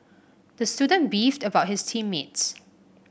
the student beefed about his team mates